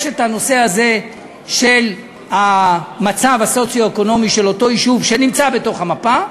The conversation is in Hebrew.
יש הנושא הזה של המצב הסוציו-אקונומי של אותו יישוב שנמצא בתוך המפה,